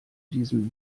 diesem